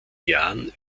jahren